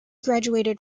graduated